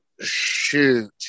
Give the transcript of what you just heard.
shoot